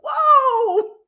whoa